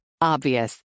Obvious